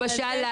למשל,